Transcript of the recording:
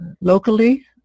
locally